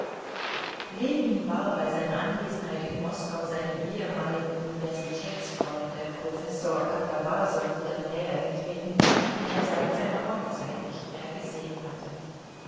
ljewin war bei seiner anwesenheit in moskau seinem ehemaligen universitätsfreunde professor katawasow wieder nähergetreten den er seit seiner hochzeit nicht mehr gesehen hatte